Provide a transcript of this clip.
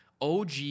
OG